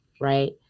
right